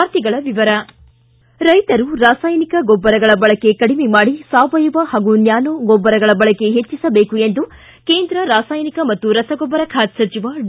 ವಾರ್ತೆಗಳ ವಿವರ ರೈತರು ರಾಸಾಯನಿಕ ಗೊಬ್ಬರಗಳ ಬಳಕೆ ಕಡಿಮೆ ಮಾಡಿ ಸಾವಯವ ಹಾಗೂ ನ್ಯಾನೊ ಗೊಬ್ಬರಗಳ ಬಳಕೆ ಹೆಚ್ಚಸಬೇಕು ಎಂದು ಕೇಂದ್ರ ರಾಸಾಯನಿಕ ಹಾಗೂ ರಸಗೊಬ್ಬರ ಖಾತೆ ಸಚಿವ ಡಿ